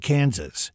Kansas